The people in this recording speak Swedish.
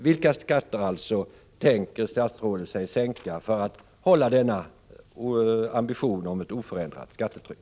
Vilka skatter tänker sig statsrådet alltså att sänka för att leva upp till ambitionen om ett oförändrat skattetryck?